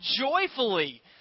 joyfully